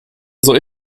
soll